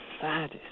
saddest